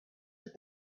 have